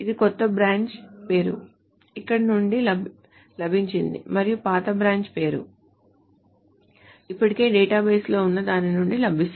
కొత్త బ్రాంచ్ పేరు ఇక్కడ నుండి లభించింది మరియు పాత బ్రాంచ్ పేరు ఇప్పటికే డేటాబేస్లో ఉన్న దాని నుండి లభిస్తుంది